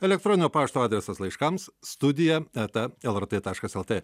elektroninio pašto adresas laiškams studija eta lrt taškas lt